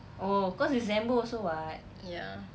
oh cause december also [what]